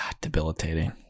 debilitating